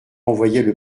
envoyaient